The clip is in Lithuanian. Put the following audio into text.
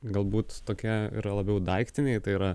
galbūt tokie yra labiau daiktiniai tai yra